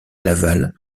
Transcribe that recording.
laval